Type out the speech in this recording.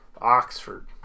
Oxford